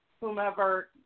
whomever